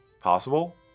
Possible